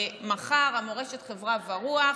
המח"ר, מורשת, חברה ורוח,